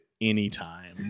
anytime